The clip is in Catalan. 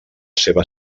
seva